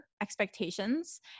expectations